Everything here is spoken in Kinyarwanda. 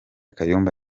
kayumba